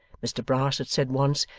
mr brass had said once,